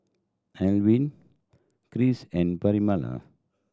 Elvin Chris and Pamella